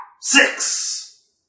Six